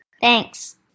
Thanks